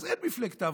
אז אין מפלגת העבודה.